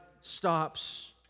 stops